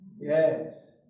Yes